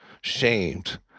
shamed